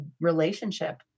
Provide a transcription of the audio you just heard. relationship